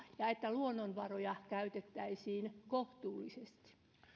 ja että luonnonvaroja käytettäisiin kohtuullisesti